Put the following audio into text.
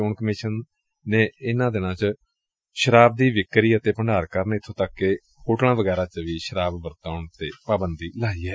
ਚੋਣ ਕਮਿਸ਼ਨ ਨੇ ਇਨੂਾਂ ਦਿਨਾਂ ਦੋਰਾਨ ਸ਼ਰਾਬ ਦੀ ਵਿਕਰੀ ਅਤੇ ਭੰਡਾਰ ਕਾਰਨ ਇੱਥੋਂ ਤੱਕ ਕਿ ਹੋਟਲਾਂ ਵਗੈਰਾ ਚ ਸ਼ਰਾਬ ਵਰਤਾਉਣ ਤੇ ਵੀ ਪਾਬੰਦੀ ਲਈ ਏ